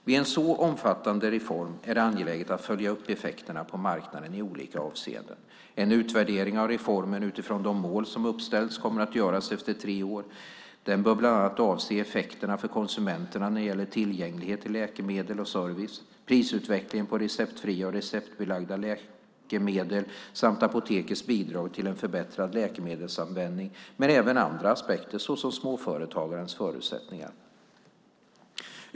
Vid en så omfattande reform är det angeläget att följa upp effekterna på marknaden i olika avseenden. En utvärdering av reformen utifrån de mål som uppställts kommer att göras efter tre år. Den bör bland annat avse effekterna för konsumenterna när det gäller tillgänglighet till läkemedel och service, prisutveckling på receptfria och receptbelagda läkemedel samt apotekens bidrag till en förbättrad läkemedelsanvändning, men även andra aspekter, såsom småföretagarnas förutsättningar.